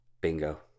Bingo